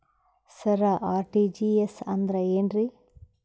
ಸರ RTGS ಅಂದ್ರ ಏನ್ರೀ?